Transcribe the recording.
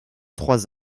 trois